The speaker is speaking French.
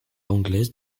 anglaise